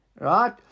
Right